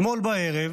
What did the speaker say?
אתמול בערב,